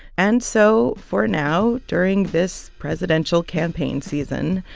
and so for now, during this presidential campaign season,